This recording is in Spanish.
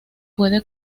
puede